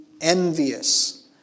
envious